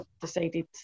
decided